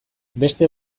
beste